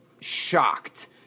shocked